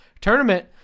tournament